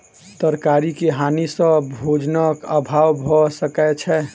तरकारी के हानि सॅ भोजनक अभाव भअ सकै छै